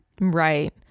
Right